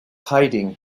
hiding